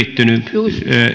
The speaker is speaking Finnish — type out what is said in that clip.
just